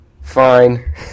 Fine